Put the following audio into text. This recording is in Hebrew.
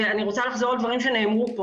אני רוצה לחזור על דברים שנאמרו פה,